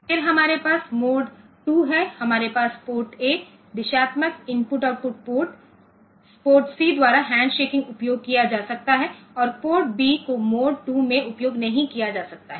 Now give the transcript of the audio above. फिर हमारे पास मोड 2 है हमारे पास पोर्ट ए दिशात्मक I O port port C द्वारा हैंडशेकिंग उपयोग किया जा सकता है और पोर्ट B को मोड 2 में उपयोग नहीं किया जा सकता है